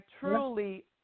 truly